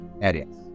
areas